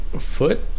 Foot